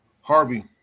Harvey